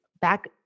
back